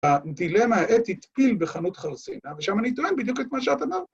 ‫הדילמה האתית פיל בחנות חרסינה, ‫עכשיו אני טוען בדיוק את מה שאת אמרת.